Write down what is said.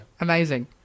Amazing